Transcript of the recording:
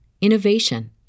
innovation